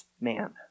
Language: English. man